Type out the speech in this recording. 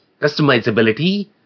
customizability